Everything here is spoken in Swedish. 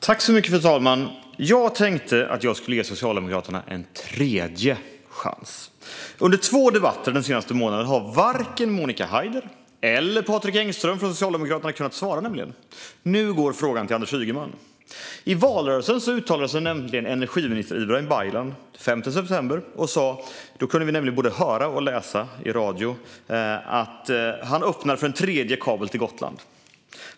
Fru talman! Jag tänkte att jag skulle ge Socialdemokraterna en tredje chans. Under två debatter den senaste månaden har varken Monica Haider eller Patrik Engström från Socialdemokraterna kunnat svara. Nu går frågan till Anders Ygeman. I valrörelsen uttalade sig energiminister Ibrahim Baylan den 5 september. Vi kunde både höra i radio och läsa att han öppnar för en tredje kabel till Gotland.